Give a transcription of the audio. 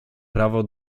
prawo